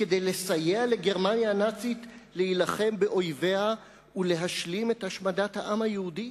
כדי לסייע לגרמניה הנאצית להילחם באויביה ולהשלים את השמדת העם היהודי?